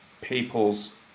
people's